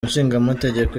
nshingamategeko